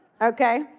okay